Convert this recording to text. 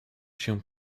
się